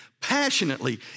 passionately